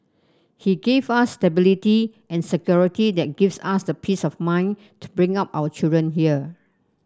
he gave us stability and security that gives us the peace of mind to bring up our children here